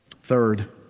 Third